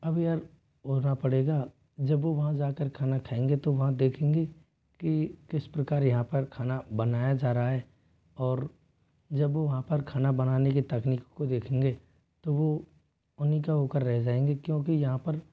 अब यार बोलना पड़ेगा जब वो वहाँ जा कर खाना खाएंगे तो वहाँ देखेंगे कि किस प्रकार यहाँ पर खाना बनाया जा रहा है और जब वो वहाँ पर खाना बनाने की तकनीक को देखेंगे तो वो उसी के का हो कर रह जाएंगे क्योंकि यहाँ पर